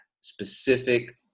specific